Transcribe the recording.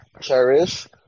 cherish